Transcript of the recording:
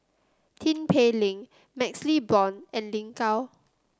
Tin Pei Ling MaxLe Blond and Lin Gao